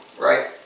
right